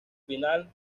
final